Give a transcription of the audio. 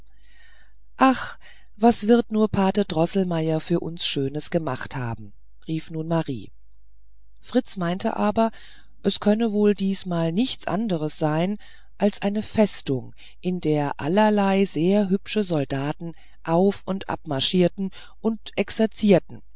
ach was wird nur pate droßelmeier für uns schönes gemacht haben rief nun marie fritz meinte aber es könne wohl diesmal nichts anders sein als eine festung in der allerlei sehr hübsche soldaten auf und abmarschierten und exerzierten